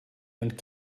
and